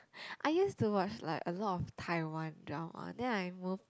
I used to watch like a lot of Taiwan drama then I move